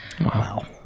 Wow